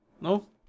No